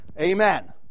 Amen